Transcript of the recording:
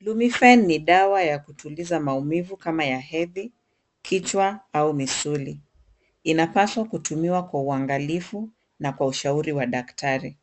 Lumifen ni dawa ya kutuliza maumivu kama ya hedhi ,kichwa ama misuli inapaswa kutumiwa kwa uangalifu na kwa ushauri wa daktari ,